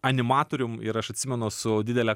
animatorium ir aš atsimenu su didele